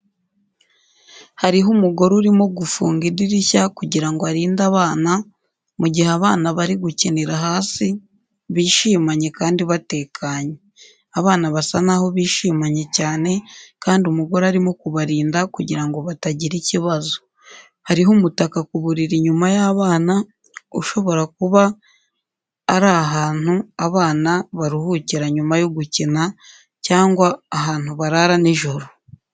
Hariho umugore urimo gufunga idirishya kugira ngo arinde abana, mu gihe abana bari gukinira hasi, bishimanye kandi batekanye. Abana basa naho bishimanye cyane, kandi umugore arimo kubarinda kugira ngo batagira ikibazo. Hariho umutaka ku buriri inyuma y'abana, ushobora kuba ari ahantu abana baruhukira nyuma yo gukina, cyangwa ahantu barara nijoro.